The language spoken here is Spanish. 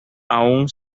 aún